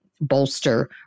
bolster